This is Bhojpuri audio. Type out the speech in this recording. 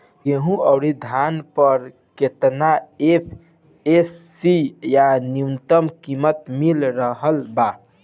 गेहूं अउर धान पर केतना एम.एफ.सी या न्यूनतम कीमत मिल रहल बा?